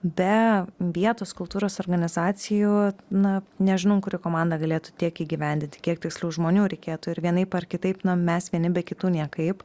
be vietos kultūros organizacijų na nežinau kuri komanda galėtų tiek įgyvendinti kiek tiksliau žmonių reikėtų ir vienaip ar kitaip mes vieni be kitų niekaip